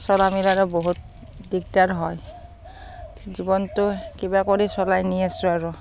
চলা মিলাৰ বহুত দিগদাৰ হয় জীৱনটো কিবা কৰি চলাই নি আছোঁ আৰু